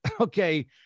okay